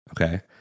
okay